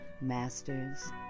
masters